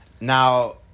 Now